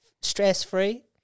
stress-free